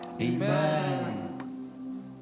Amen